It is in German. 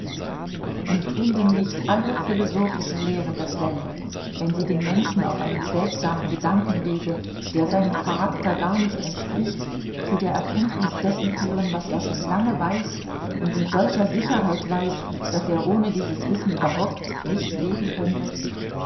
und tun denn nicht alle philosophischen lehren dasselbe wenn sie den menschen auf einem seltsamen gedankenwege der seinem charakter gar nicht entspricht zu der erkenntnis dessen führen was er schon lange weiß und mit solcher sicherheit weiß daß er ohne dieses wissen überhaupt nicht leben könnte